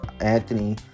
Anthony